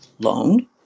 loan